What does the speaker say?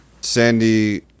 Sandy